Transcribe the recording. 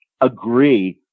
agree